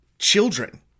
children